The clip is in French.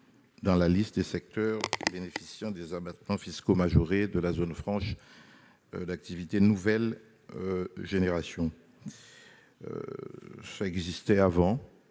dans la liste des secteurs bénéficiant des abattements fiscaux majorés de la zone franche d'activité nouvelle génération. Tel était le